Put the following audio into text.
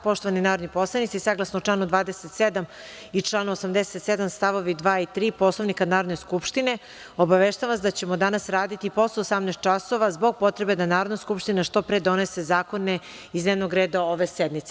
Poštovani narodi poslanici, saglasno članu 27. i članu 87. stavovi 2. i 3. Poslovnika Narodne skupštine, obaveštavam vas da ćemo danas raditi posle 18,00 časova zbog potrebe da Narodna skupština što pre donese zakone iz dnevnog reda ove sednice.